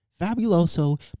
Fabuloso